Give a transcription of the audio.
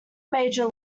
major